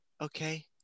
okay